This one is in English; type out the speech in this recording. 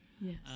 Yes